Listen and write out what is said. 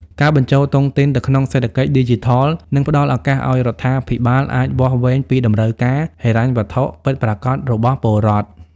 ការបញ្ចូលតុងទីនទៅក្នុង "សេដ្ឋកិច្ចឌីជីថល" នឹងផ្ដល់ឱកាសឱ្យរដ្ឋាភិបាលអាចវាស់វែងពីតម្រូវការហិរញ្ញវត្ថុពិតប្រាកដរបស់ពលរដ្ឋ។